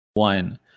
one